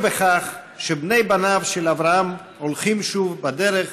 בכך שבני-בניו של אברהם הולכים שוב בדרך